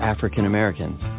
African-Americans